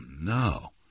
no